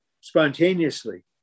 Spontaneously